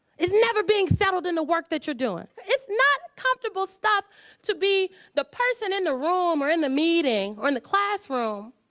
it's never being settled in the work you're doing. it's not comfortable stuff to be the person in the room or in the meeting or in the classroom